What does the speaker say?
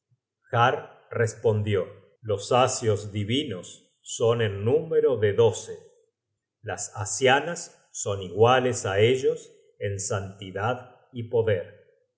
respondió los asios divinos son en número de doce las asianas son iguales á ellos en santidad y poder